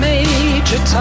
Major